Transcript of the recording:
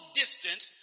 distance